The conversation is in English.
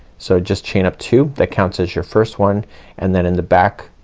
so just chain up two, that counts as your first one and then in the back